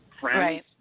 friends